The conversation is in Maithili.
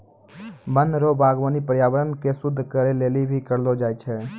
वन रो वागबानी पर्यावरण के शुद्ध करै लेली भी करलो जाय छै